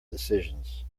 decisions